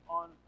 on